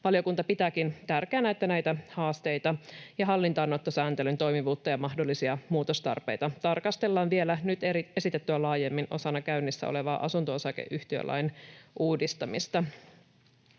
Valiokunta pitääkin tärkeänä, että näitä haasteita ja hallintaanottosääntelyn toimivuutta ja mahdollisia muutostarpeita tarkastellaan vielä nyt esitettyä laajemmin osana käynnissä olevaa asunto-osakeyhtiölain uudistamista.